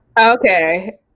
okay